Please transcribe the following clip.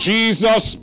Jesus